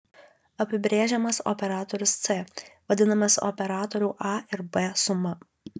apibrėžiamas operatorius c vadinamas operatorių a ir b suma